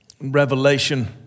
Revelation